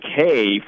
okay